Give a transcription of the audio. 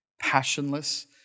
passionless